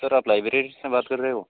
sir आप library से बात कर रहे हो